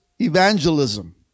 evangelism